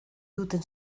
duten